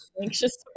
anxious